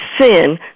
sin